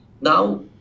Now